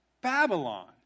Babylon